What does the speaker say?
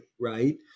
right